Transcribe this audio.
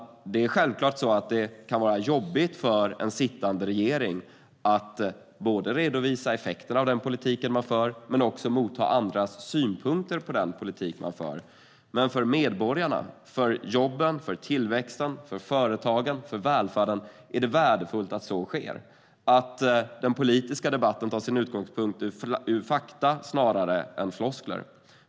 Det kan självklart vara jobbigt för en sittande regering att redovisa effekterna av den politik man för men också motta andras synpunkter på den. Men för medborgarna, jobben, tillväxten, företagen och välfärden är det värdefullt att så sker, att den politiska debatten tar sin utgångspunkt i fakta snarare än floskler.